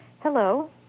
Hello